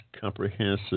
comprehensive